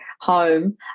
home